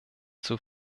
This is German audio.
zur